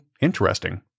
interesting